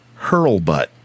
Hurlbutt